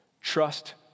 Trust